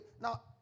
now